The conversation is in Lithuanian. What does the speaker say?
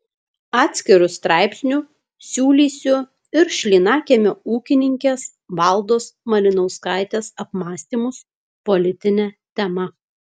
atskiru straipsniu siūlysiu ir šlynakiemio ūkininkės valdos malinauskaitės apmąstymus politine tema